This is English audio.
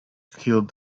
killed